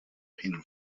him